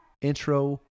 intro